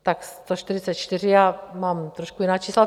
Tak 144, já mám trošku jiná čísla.